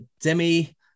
Demi